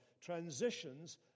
transitions